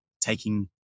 taking